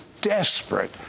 desperate